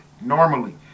normally